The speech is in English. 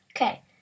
Okay